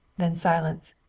then silence.